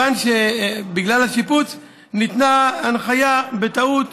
בגלל השיפוץ ניתנה הנחיה, בטעות,